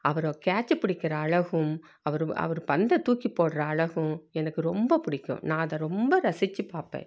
அவர் catch பிடிக்கிற அழகும் அவர் அவர் பந்தை தூக்கிப்போடுற அழகும் எனக்கு ரொம்ப பிடிக்கும் நான் அதை ரொம்ப ரசித்து பார்ப்பேன்